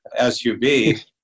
SUV